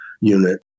unit